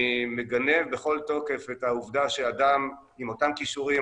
אני מגנה בכל תוקף את העובדה שאדם עם אותם כישורים,